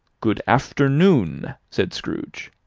good afternoon! said scrooge.